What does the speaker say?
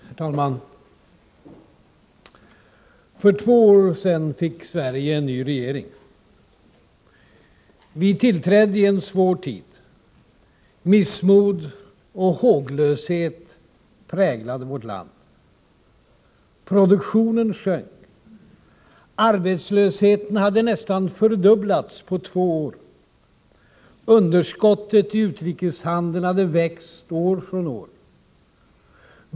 Herr talman! För två år sedan fick Sverige en ny regering. Vi tillträdde i en svår tid. Missmod och håglöshet präglade vårt land. Produktionen sjönk. Arbetslösheten hade nästan fördubblats på två år. Underskottet i utrikeshandeln hade växt år för år.